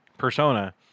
Persona